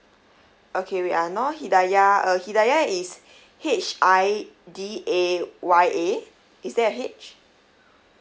okay wait ah nur hidayah uh hidayah is H I D A Y A is there a H